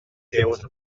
seues